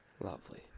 Lovely